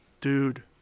Dude